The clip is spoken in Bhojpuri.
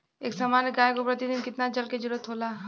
एक सामान्य गाय को प्रतिदिन कितना जल के जरुरत होला?